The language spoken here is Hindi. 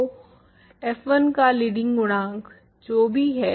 तो f1 का लीडिंग गुणांक जो भी है